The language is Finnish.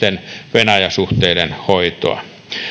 venäjä suhteiden hoitoa